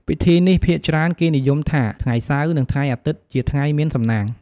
ពិធីនេះភាគច្រើនគេនិយមថា ថ្ងៃសៅរ៍និងថ្ងៃអាទិត្យជាថ្ងៃមានសំណាង។